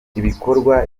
ibikorwa